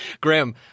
Graham